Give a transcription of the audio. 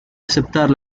aceptar